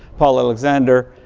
paul alexandra